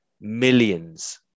millions